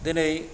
दिनै